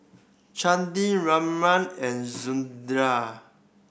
Chandi Ramanand and